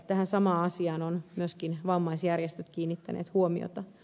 tähän samaan asiaan ovat myöskin vammaisjärjestöt kiinnittäneet huomiota